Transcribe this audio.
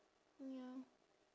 ya